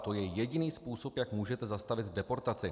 To je jediný způsob, jak můžete zastavit deportaci.